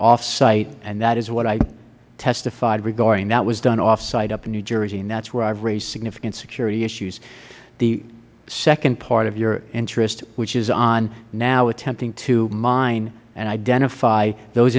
offsite and that is what i testified regarding that was done offsite up in new jersey and that is where i have raised significant security issues the second part of your interest which is on now attempting to mine and identify those